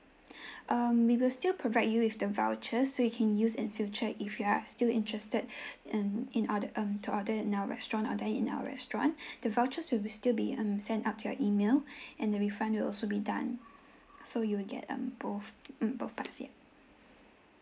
um we will still provide you with the vouchers so you can use in future if you are still interested and in order um to order in our restaurant or dine in our restaurant the vouchers will be still be um send up to your email and the refund will also be done so you'll get um both mm both parts yeah